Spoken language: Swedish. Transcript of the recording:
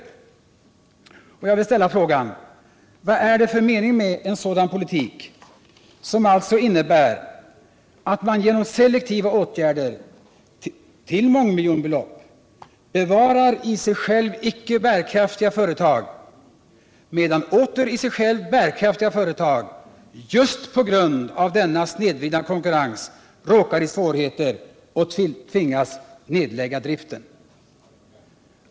Jag vill fråga: Vad är det för mening med en sådan politik, som innebär att man genom selektiva åtgärder till mångmiljonbelopp bevarar i sig själva icke bärkraftiga företag medan i sig bärkraftiga företag just på grund av denna snedvridna konkurrens råkar i svårigheter och tvingas nedlägga driften?